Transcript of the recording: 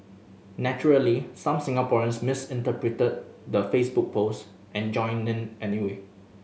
naturally some Singaporeans misinterpreted the Facebook post and joined anyway